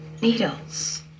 Needles